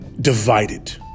divided